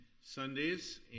Sundays